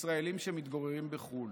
לישראלים שמתגוררים בחו"ל.